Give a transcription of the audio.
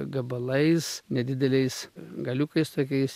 gabalais nedideliais galiukais tokiais